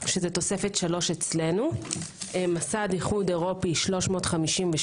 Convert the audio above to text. שזה תוספת 3 אצלנו, מסד איחוד אירופי 358,